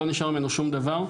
לא נשאר ממנה שום דבר.